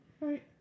right